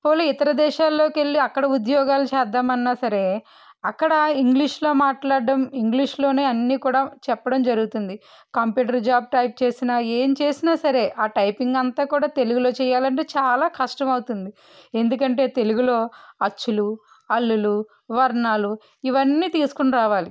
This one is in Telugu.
పోనీలే ఇతర దేశాల్లోకెళ్లి ఉద్యోగాలు చేద్దామన్న సరే అక్కడ ఇంగ్లీష్లో మాట్లాడడం ఇంగ్లీష్లోనే అన్నీ కూడా చెప్పడం జరుగుతుంది కంప్యూటర్ జాబ్ టైప్ చేసినా ఏం చేసిన సరే ఆ టైపింగ్ అంతా కూడా తెలుగులో చేయాలంటే చాలా కష్టమవుతుంది ఎందుకంటే తెలుగులో అచ్చులు హల్లులు వర్ణాలు ఇవన్నీ తీసుకుని రావాలి